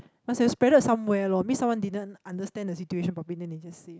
must expected somewhere loh mean someone didn't understand the situation properly then they just